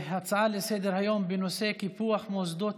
הצעה לסדר-היום בנושא: קיפוח מוסדות